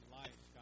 life